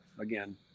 again